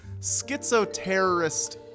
Schizoterrorist